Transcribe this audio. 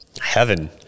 Heaven